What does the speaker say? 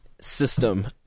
System